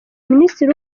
minisitiri